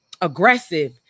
aggressive